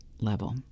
level